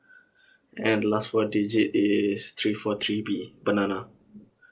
and the last four digit is three four three B banana